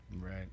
Right